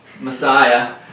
Messiah